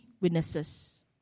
witnesses